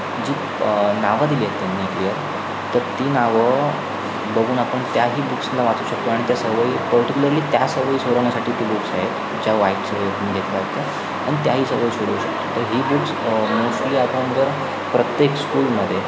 जी नावं दिली आहेत त्यांनी क्लियर तर ती नावं बघून आपण त्याही बुक्सना वाचू शकतो आणि त्या सवयी पर्टिक्युलरली त्या सवयी सोडवण्यासाठी ती बुक्स आहेत ज्या वाईट सवयी तुम्ही घेतल्या आहेत त्या आणि त्याही सवयी सोडवू शकतो तर ही बुक्स मोस्टली आपण जर प्रत्येक स्कूलमध्ये